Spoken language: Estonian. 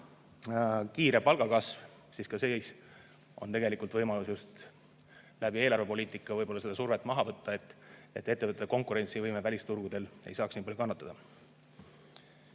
kiire palgakasv, siis on tegelikult võimalus just eelarvepoliitika abil seda survet maha võtta, et ettevõtete konkurentsivõime välisturgudel ei saaks nii palju kannatada.